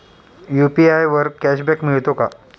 UPI वर cashback मिळतो का?